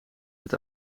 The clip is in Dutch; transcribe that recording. het